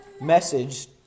message